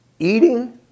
Eating